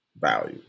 Value